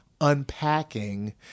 unpacking